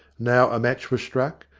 now a match was struck,